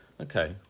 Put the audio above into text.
Okay